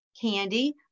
candy